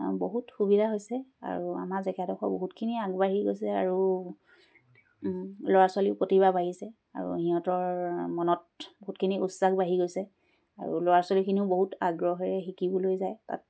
বহুত সুবিধা হৈছে আৰু আমাৰ জেগাডখৰ বহুতখিনি আগবাঢ়ি গৈছে আৰু ল'ৰা ছোৱালীও প্ৰতিভা বাঢ়িছে আৰু সিহঁতৰ মনত বহুতখিনি উৎসাহ বাঢ়ি গৈছে আৰু ল'ৰা ছোৱালীখিনিও বহুত আগ্ৰহেৰে শিকিবলৈ যায় তাত